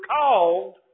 called